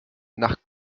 nach